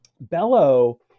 Bellow